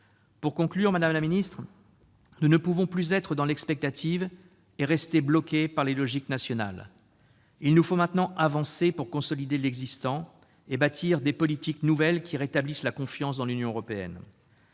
Pour conclure, madame la secrétaire d'État, nous ne pouvons plus demeurer dans l'expectative et rester bloqués par les logiques nationales. Il nous faut maintenant avancer pour consolider l'existant et bâtir des politiques nouvelles qui rétablissent la confiance dans l'Union européenne.